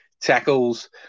tackles